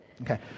Okay